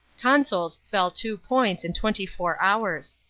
consols fell two points in twenty-four hours.